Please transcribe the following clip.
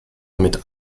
mit